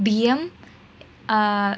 బియ్యం